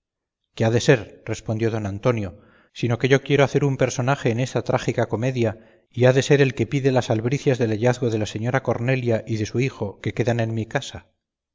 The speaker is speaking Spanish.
qué ha de ser respondió don antonio sino que yo quiero hacer un personaje en esta trágica comedia y ha de ser el que pide las albricias del hallazgo de la señora cornelia y de su hijo que quedan en mi casa